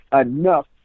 enough